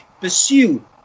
pursue